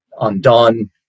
undone